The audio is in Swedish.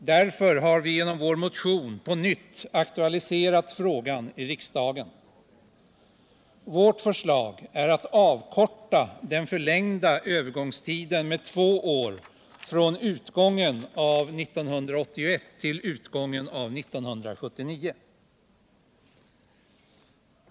Därför har vi genom vår motion på nytt aktualiserat frågan i riksdagen. Vårt förslag är att avkorta den förlängda övergångstiden med två år, från utgången av 1981 till utgången av 1979.